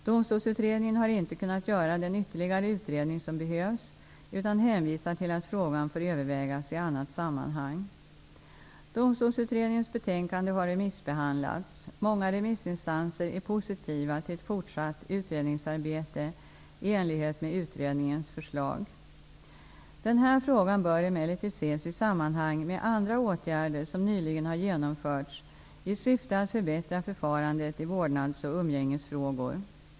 Domstolsutredningen har inte kunnat göra den ytterligare utredning som behövs, utan hänvisar till att frågan får övervägas i annat sammanhang. Domstolsutredningens betänkande har remissbehandlats. Många remissinstanser är positiva till ett fortsatt utredningsarbete i enlighet med utredningens förslag . Den här frågan bör emellertid ses i sammanhang med andra åtgärder som nyligen har genomförts i syfte att förbättra förfarandet i vårdnads och umgängesfrågor.